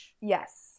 Yes